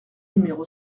numéro